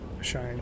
shine